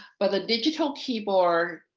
but the digital keyboard